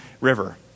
River